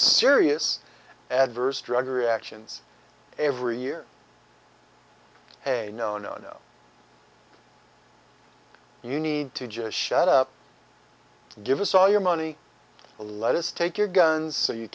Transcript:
serious adverse drug reactions every year a no no no you need to just shut up give us all your money to let us take your guns so you